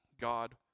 God